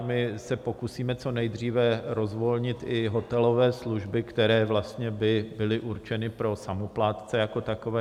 My se pokusíme co nejdříve rozvolnit i hotelové služby, které vlastně by byly určeny pro samoplátce jako takové.